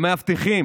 המאבטחים